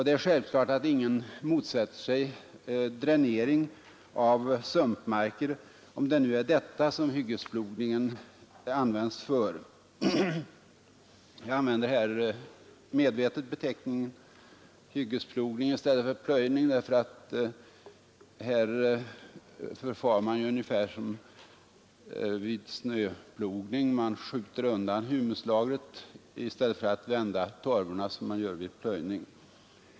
Det är självklart att ingen motsätter sig dränering av sumpmarker, om det nu är detta som hyggesplogningen används för. Jag använder medvetet beteckningen plogning i stället för plöjning. Här förfar man ju ungefär som vid snöplogning: man skjuter undan humuslagret i stället för att vända torvorna som man gör vid plöjning.